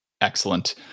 Excellent